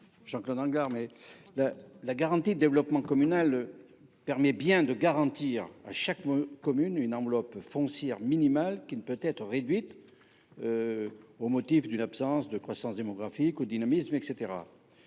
Toutefois, la garantie de développement communal permet bien de garantir à chaque commune une enveloppe foncière minimale, qui ne peut pas être réduite au motif d’une absence de croissance démographique ou de dynamisme